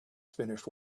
finished